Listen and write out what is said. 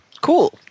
Cool